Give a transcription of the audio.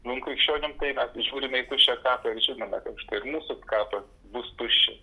mum krikščionim tai mes žiūrime į tuščią kapą ir žinome kad štai ir mūsų kapas bus tuščias